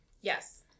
Yes